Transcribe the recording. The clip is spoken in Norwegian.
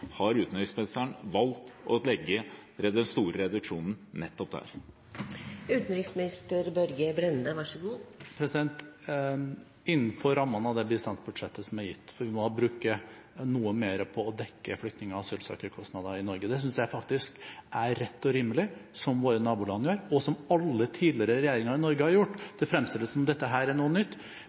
har utenriksministeren valgt å gjøre den store reduksjonen nettopp der? Det skjer innenfor rammene av det bistandsbudsjettet som er gitt, for vi må bruke noe mer på å dekke flyktning- og asylsøkerkostnader i Norge. Det synes jeg faktisk er rett og rimelig, og det er noe som våre naboland også gjør, og noe som alle tidligere regjeringer i Norge har gjort. Det fremstilles som om dette er noe nytt,